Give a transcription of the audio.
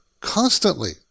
constantly